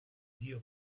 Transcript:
dio